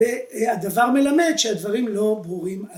‫והדבר מלמד שהדברים לא ברורים.